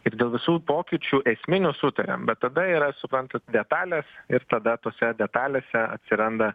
ir dėl visų pokyčių esminių sutariam bet tada yra suprantat detalės ir tada tose detalėse atsiranda